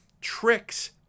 tricks